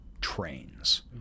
trains